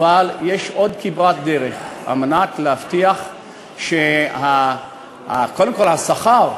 אבל יש עוד כברת דרך על מנת להבטיח שקודם כול השכר,